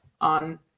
on